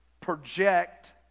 project